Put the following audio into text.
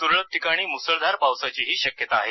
तुरळक ठिकाणी मुसळधार पावसाचीही शक्यता आहे